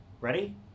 Ready